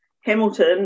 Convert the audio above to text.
Hamilton